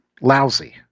lousy